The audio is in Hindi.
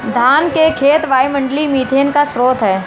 धान के खेत वायुमंडलीय मीथेन का स्रोत हैं